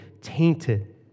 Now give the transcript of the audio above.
tainted